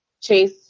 chase